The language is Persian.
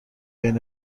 بین